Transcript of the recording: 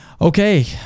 Okay